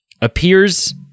appears